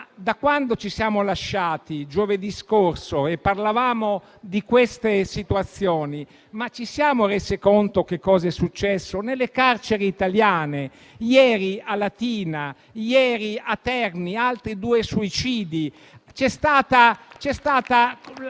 Da quando ci siamo lasciati, giovedì scorso, e parlavamo di queste situazioni, ci siamo resi conto che cosa è successo nelle carceri italiane? Ieri a Latina e a Terni ci sono stati